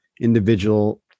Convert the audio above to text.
individual